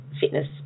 fitness